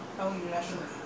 it was a gang fight [what]